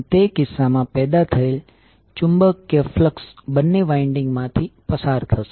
અને તે કિસ્સામાં પેદા થયેલ ચુંબકીય ફ્લક્સ બંને વાઇન્ડીંગ માંથી પસાર થશે